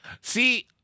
See